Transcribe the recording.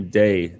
day